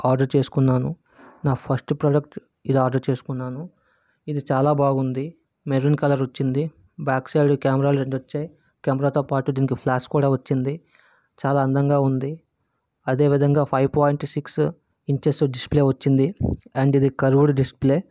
order చేసుకున్నాను నా first product ఇలా ఆర్డర్ చేసుకున్నాను ఇది చాలా బాగుంది మెరూన్ కలర్ వచ్చింది బ్యాక్ సైడ్ కెమెరాలు రెండు వచ్చాయి కెమెరాతో పాటు దీనికి ఫ్లాష్ కూడా వచ్చింది చాలా అందంగా వుంది అదే విధంగా five point six inches display వచ్చింది అండ్ ఇది కర్వ్డ్ డిస్ప్లే